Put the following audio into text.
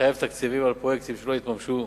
לחייב תקציבים על פרויקטים שלא התממשו.